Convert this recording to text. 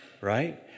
Right